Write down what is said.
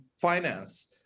finance